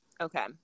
okay